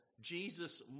Jesus